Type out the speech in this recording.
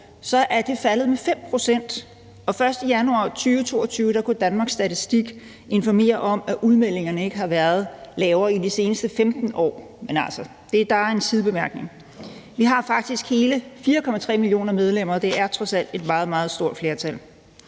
at det er faldet med 5 pct. Den 1. januar 2022 kunne Danmarks Statistik informere om, at udmeldingerne ikke har været lavere i de seneste 15 år. Men det er altså en sidebemærkning. Der er faktisk hele 4,3 millioner medlemmer, og det er trods alt et meget, meget stort flertal